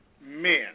men